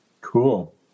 Cool